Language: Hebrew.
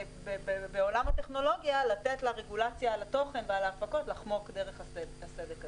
בעולם הטכנולוגיה לתת לרגולציה על התוכן ועל הפקות לחמוק דרך הסדק הזה.